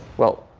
well,